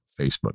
Facebook